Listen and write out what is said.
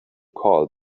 call